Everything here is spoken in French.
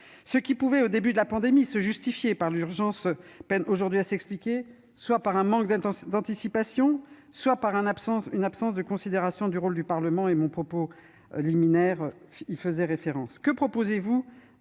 Ce qui pouvait, au début de la pandémie, se justifier par l'urgence peine aujourd'hui à s'expliquer, soit par un manque d'anticipation, soit par une absence de considération du rôle du Parlement- j'y ai fait référence en préambule